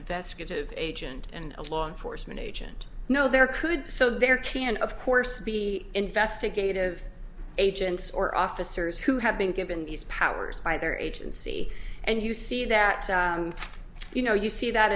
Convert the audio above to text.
investigative agent and a law enforcement agent no there could so there can of course be investigative agents or officers who have been given these powers by either agency and you see that you know you see that